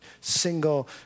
single